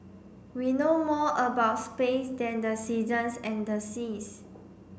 we know more about space than the seasons and the seas